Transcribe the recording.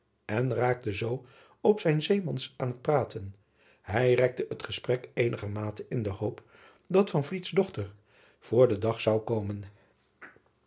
en geraakte zoo op zijn zeemans aan het praten hij rekte het gesprek eenigermate in de hoop dat dochter voor den dag zou komen